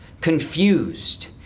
confused